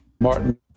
Martin